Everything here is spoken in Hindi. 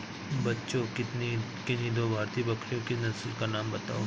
बच्चों किन्ही दो भारतीय बकरियों की नस्ल का नाम बताओ?